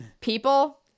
people